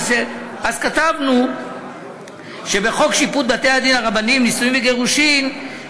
אז כתבנו שבחוק שיפוט בתי-דין רבניים (נישואין וגירושין)